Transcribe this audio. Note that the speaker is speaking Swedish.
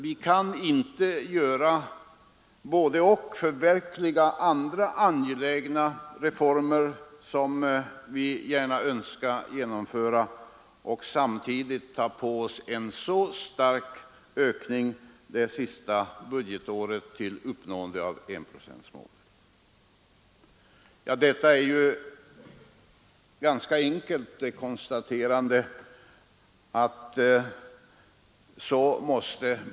Vi kan inte göra både—och; vi kan inte genomföra andra angelägna reformer och samtidigt ta på oss en så stark ökning det sista budgetåret för uppnående av enprocentsmålet. Det är ett ganska enkelt konstaterande.